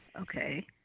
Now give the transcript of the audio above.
Okay